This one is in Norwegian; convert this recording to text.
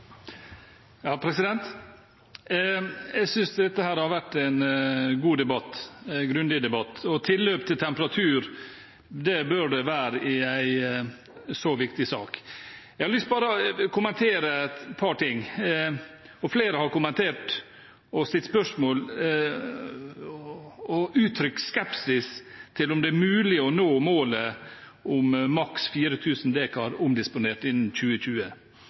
Jeg synes dette har vært en god og grundig debatt, med tilløp til temperatur. Det bør det være i en så viktig sak. Jeg har lyst til å kommentere et par ting. Flere har kommentert det, og en har stilt spørsmål ved og uttrykt skepsis til om det er mulig å nå målet om maks 4 000 dekar omdisponert innen 2020.